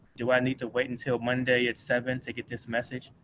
do i need to wait until monday at seven to give this message?